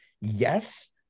Yes